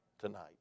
tonight